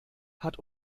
hat